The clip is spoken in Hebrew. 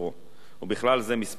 ובכלל זה מספר התביעות,